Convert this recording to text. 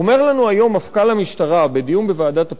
אומר לנו היום מפכ"ל המשטרה בדיון בוועדת הפנים,